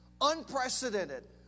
unprecedented